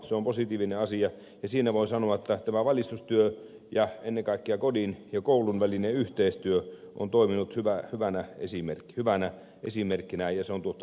se on positiivinen asia ja siinä voin sanoa että tämä valistustyö ja ennen kaikkea kodin ja koulun välinen yhteistyö on toiminut hyvänä esimerkkinä ja se on tuottanut tulosta